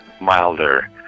Milder